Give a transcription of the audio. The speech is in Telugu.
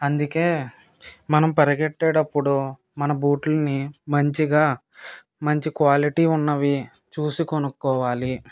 అందుకే మనం పరిగెట్టేటప్పుడు మన బూట్లని మంచిగా మంచి క్వాలిటీ ఉన్నవి చూసి కొనుక్కోవాలి